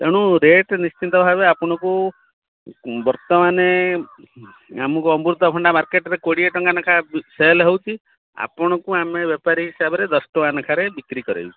ତେଣୁ ରେଟ ନିଶ୍ଚିତ ଭାବେ ଆପଣଙ୍କୁ ବର୍ତ୍ତମାନ ଆମକୁ ଅମୃତଭଣ୍ଡା ମାର୍କେଟରେ କୋଡ଼ିଏ ଟଙ୍କା ଳେଖାଁ ସେଲ୍ ହେଉଛି ଆପଣଙ୍କୁ ଆମେ ବେପାରୀ ହିସାବରେ ଦଶ ଟଙ୍କା ଲେଖାରେ ବିକ୍ରି କରିବୁ